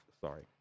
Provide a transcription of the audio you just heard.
Sorry